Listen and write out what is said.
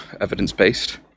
evidence-based